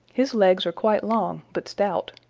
his legs are quite long but stout.